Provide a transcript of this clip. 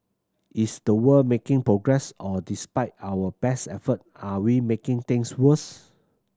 is the world making progress or despite our best effort are we making things worse